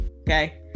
Okay